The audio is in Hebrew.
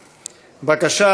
בבקשה,